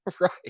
right